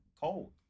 cold